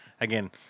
Again